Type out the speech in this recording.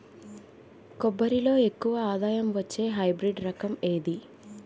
కొబ్బరి లో ఎక్కువ ఆదాయం వచ్చే హైబ్రిడ్ రకం ఏది?